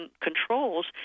controls